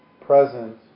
present